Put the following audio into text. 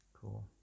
Cool